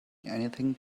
anything